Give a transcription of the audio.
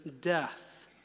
death